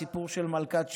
הסיפור של מלכת שבא.